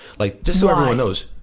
like just so everyone knows.